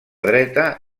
dreta